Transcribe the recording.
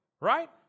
Right